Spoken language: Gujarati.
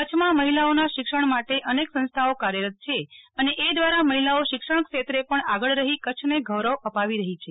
કચ્છમાં મહિલાઓના શિક્ષણ માટે અનેક સંસ્થાઓ કાર્યરત છે અને એ દ્વારા મહિલાઓ શિક્ષણ ક્ષેત્રે પણ આગળ રહી કચ્છને ગૌરવ અપાવી રહી છે